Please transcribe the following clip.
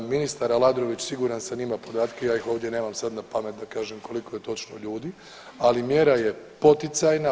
Ministar Aladrović siguran sam ima podatke, ja ih ovdje nemam sad napamet da kažem koliko je točno ljudi, ali mjera je poticajna.